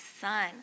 son